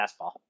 fastball